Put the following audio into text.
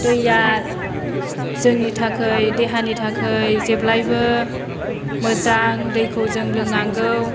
दैया जोंनि थाखाय देहानि थाखाय जेब्लायबो मोजां दैखौ जों लोंनांगौ